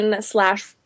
slash